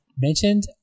Mentioned